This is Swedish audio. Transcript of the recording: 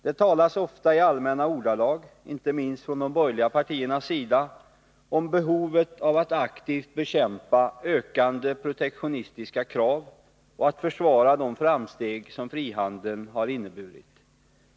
Det talas ofta i allmänna ordalag — inte minst från de borgerliga partiernas sida — om behovet av att aktivt bekämpa ökande protektionistiska krav och att försvara de framsteg som frihandeln har inneburit.